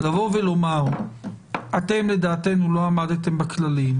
לבוא ולומר שלדעתכם הם לא עמדו בכללים,